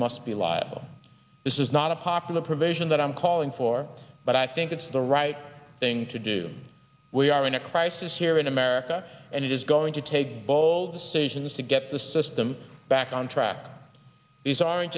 must be liable this is not a popular provision that i'm calling for but i think it's the right thing to do we are in a crisis here in america and it is going to take bold decisions to get the system back on track these aren't